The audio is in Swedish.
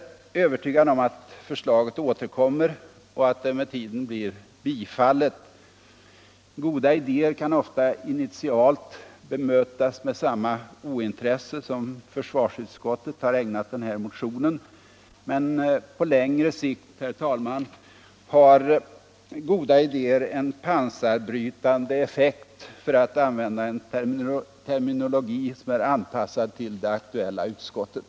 103 Jag är övertygad om att förslaget återkommer och att det med tiden blir bifallet. Goda idéer kan ofta initialt bemötas med samma ointresse som försvarsutskottet har ägnat den här motionen. Men på längre sikt, herr talman, har goda idéer en pansarbrytande effekt — för att använda en terminologi som är anpassad till det aktuella utskottet.